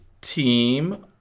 Team